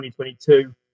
2022